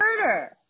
murder